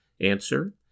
answer